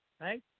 Right